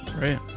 Right